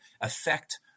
affect